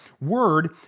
Word